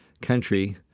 country